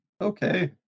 okay